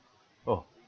oh